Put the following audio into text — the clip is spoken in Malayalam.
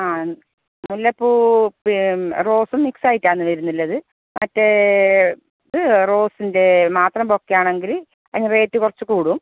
ആ മുല്ലപ്പൂ റോസും മിക്സ് ആയിട്ടാണ് വരുന്നുള്ളത് മറ്റേ ഇത് റോസിൻ്റെ മാത്രം ബൊക്കെ ആണെങ്കിൽ അതിന് റേറ്റ് കുറച്ച് കൂടും